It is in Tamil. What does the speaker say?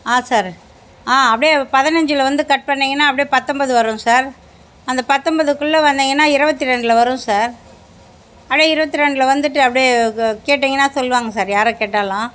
ஆ சார் ஆ அப்படியே பதினஞ்சில வந்து கட் பண்ணிங்கனா அப்படியே பத்தொம்போது வரும் சார் அந்த பத்தொம்போதுக்குள்ளே வந்திங்கனா இருபத்தி ரெண்டில் வரும் சார் அதே இருபத்து ரெண்டில் வந்துவிட்டு அப்படியே கேட்டிங்கனா சொல்வாங்க சார் யாரை கேட்டாலும்